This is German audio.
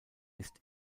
ist